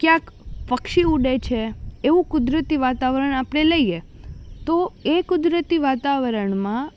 ક્યાંક પક્ષી ઊડે છે એવું કુદરતી વાતાવરણ આપણે લઈએ તો એ કુદરતી વાતાવરણમાં